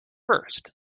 first